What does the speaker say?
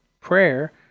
prayer